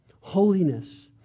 holiness